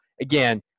again